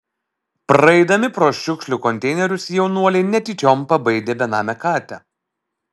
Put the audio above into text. praeidami pro šiukšlių konteinerius jaunuoliai netyčiom pabaidė benamę katę